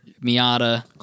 Miata